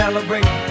Celebrate